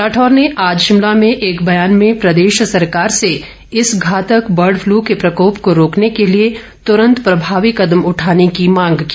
राठौर ने आज शिमला में एक बयान में प्रदेश सरकार से इस घातक बर्डफ्लू के प्रकोप को रोकने के लिए तुरंत प्रभावी कदम उठाने की मांग की